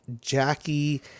jackie